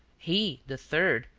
he, the third,